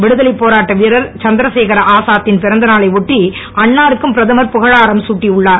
விடுதலைப் போராட்ட வீரர் சந்திரசேகர ஆசாத் தின் பிறந்தநாளை ஒட்டி அன்னாருக்கும் பிரதமர் புகழாரம் தட்டியுள்ளார்